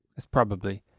it's probably.